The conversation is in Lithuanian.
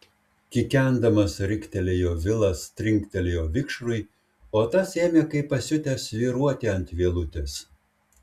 kikendamas riktelėjo vilas trinktelėjo vikšrui o tas ėmė kaip pasiutęs svyruoti ant vielutės